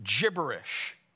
gibberish